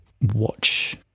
watch